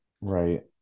Right